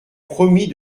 promis